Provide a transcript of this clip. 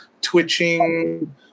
twitching